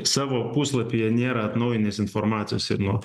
savo puslapyje nėra atnaujinęs informacijos ir nuo